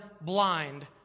blind